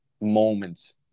moments